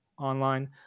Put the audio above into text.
online